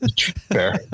Fair